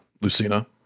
Lucina